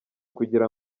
kugira